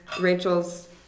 Rachel's